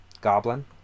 goblin